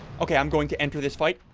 okay, i'm going to enter this fight.